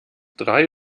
drei